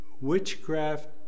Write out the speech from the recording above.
witchcraft